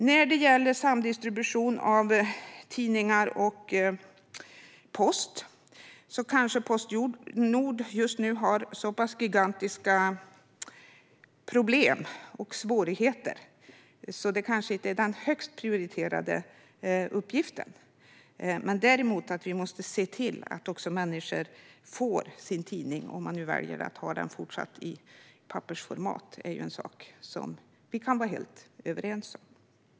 När det gäller samdistribution av tidningar och post har Postnord just nu så pass gigantiska problem och svårigheter att det kanske inte är den högst prioriterade uppgiften. Däremot måste vi se till att människor får sin tidning, om de nu fortsatt väljer att ha den i pappersformat. Det är en sak som vi kan vara helt överens om.